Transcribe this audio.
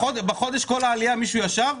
בחודש עם כל העלייה, מישהו ישב?